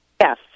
Yes